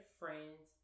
friends